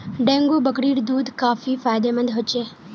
dengue बकरीर दूध काफी फायदेमंद ह छ